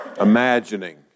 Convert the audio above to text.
imagining